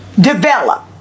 develop